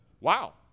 Wow